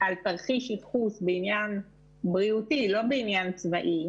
על תרחיש ייחוס בעניין בריאותי לא בעניין צבאי